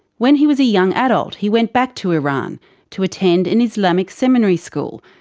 when he was a young adult he went back to iran to attend an islamic seminary school,